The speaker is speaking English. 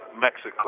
Mexico